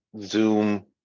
zoom